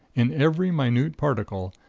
in every minute particle,